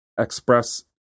express